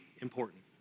important